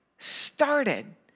started